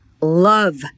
love